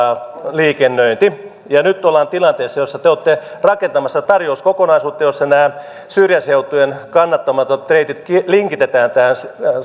liikennöinti ja nyt ollaan tilanteessa jossa te olette rakentamassa tarjouskokonaisuutta jossa nämä syrjäseutujen kannattamattomat reitit linkitetään tähän